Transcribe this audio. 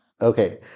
Okay